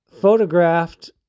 photographed